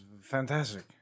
fantastic